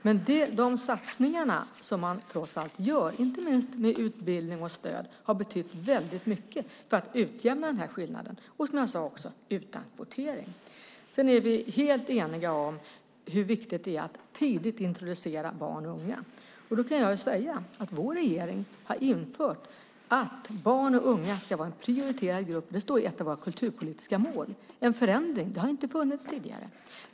Men de satsningar som man trots allt gör, inte minst gäller det utbildning och stöd, har betytt väldigt mycket för att utjämna den här skillnaden och, som jag sade, utan kvotering. Sedan är vi helt eniga om hur viktigt det är att tidigt introducera barn och unga. Då kan jag säga att vår regering har infört att barn och unga ska vara en prioriterad grupp. Det står i ett av våra kulturpolitiska mål. Det är en förändring. Det har inte funnits tidigare.